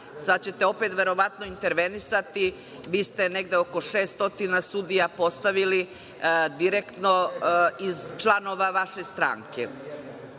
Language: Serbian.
sada ćete opet verovatno intervenisati. Vi ste negde oko 600 sudija postavili direktno iz članova vaše stranke.